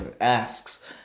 asks